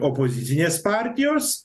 opozicinės partijos